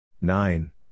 nine